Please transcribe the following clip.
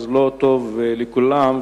אז לא טוב לכולם,